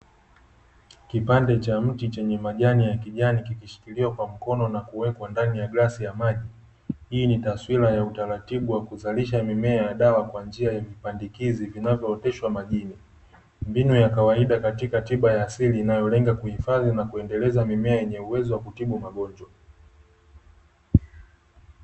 Kipande cha mti chenye majani ya kijani kikishikiliwa kwa mkono na kuwekwa ndani ya glasi ya maji hii ni taswira ya utaratibu wa kuzalisha mimea ya dawa kwa njia ya kupandikizi vinavyooteshwa majini mbinu ya kawaida katika tiba ya asili inayolenga kuhifadhi na kuendeleza mimea yenye uwezo wa kutibu magonjwa.